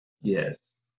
Yes